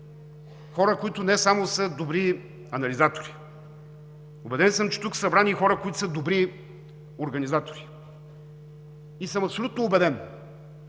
хора, които не само са добри анализатори, убеден съм, че тук са събрани хора, които са добри организатори, и съм абсолютно убеден,